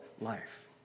life